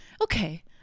Okay